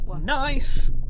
Nice